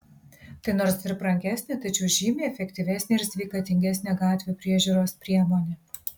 tai nors ir brangesnė tačiau žymiai efektyvesnė ir sveikatingesnė gatvių priežiūros priemonė